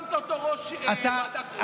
שמת אותו ראש ועדה קרואה,